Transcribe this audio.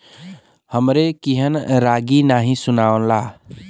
हमरे कियन रागी नही सुनाला